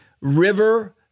river